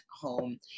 home